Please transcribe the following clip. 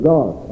God